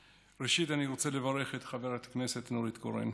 ראשית, אני רוצה לברך את חברת הכנסת נורית קורן,